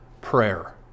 prayer